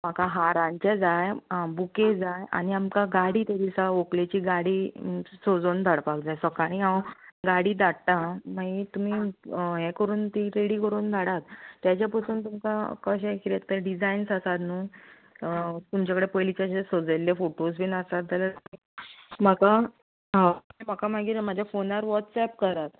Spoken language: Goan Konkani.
म्हाका म्हाका हारांचे जाय आं बुके जाय आणी आमकां गाडी ते दिसा व्हंकलेची गाडी सजोन धाडपाक जाय सकाळीं हांव गाडी धाडटां मागीर तुमी हें करून ती रेडी करून धाडा तेचे पसून तुमकां कशें किदें तें डिजायन्स आसात न्हू तुमचे कडेन पयलींचें अशें सजयल्ले फोटोज बीन आसात जाल्यार म्हाका हय म्हाका हय म्हाका मागीर मातशें फोनार वॉट्सएप करात